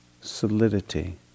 solidity